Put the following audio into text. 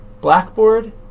blackboard